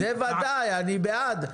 זה ודאי, אני בעד.